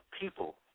people